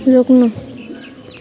रोक्नु